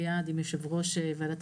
יחד עם שר האוצר ושר הרווחה גם העלינו את